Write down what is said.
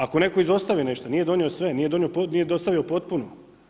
Ako netko izostavi nešto, nije donio sve, nije dostavio potpuno.